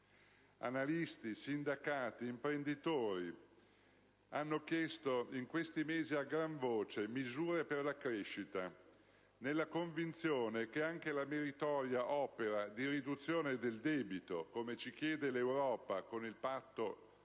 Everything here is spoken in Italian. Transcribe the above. Analisti, sindacati, imprenditori hanno chiesto in questi mesi a gran voce misure per la crescita, nella convinzione che anche la meritoria opera di riduzione del debito, come ci chiede l'Europa con il Patto euro